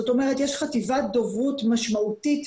יש חטיבת דוברות משמעותית,